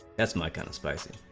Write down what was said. as mike kind of smith you